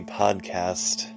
podcast